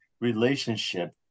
relationship